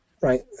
right